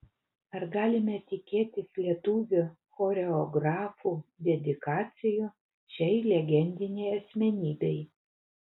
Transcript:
ar galime tikėtis lietuvių choreografų dedikacijų šiai legendinei asmenybei